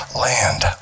land